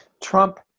Trump